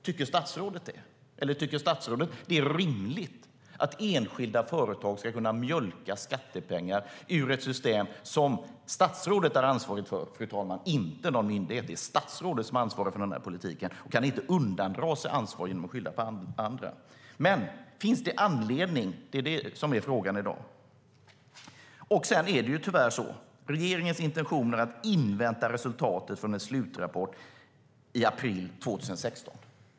Tycker statsrådet att det är rimligt att enskilda företag ska kunna mjölka skattepengar ur ett system som statsrådet är ansvarig för - inte någon myndighet? Det är statsrådet som har ansvar för denna politik och kan inte undandra sig ansvar genom att skylla på andra. Finns det anledning? Det är detta som är frågan i dag. Tyvärr är regeringens intentioner att avvakta resultatet av en slutrapport i april 2016.